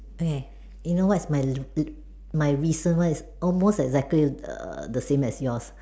okay you know what is my my recent one is almost exactly the the same as yours